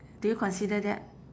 do you consider that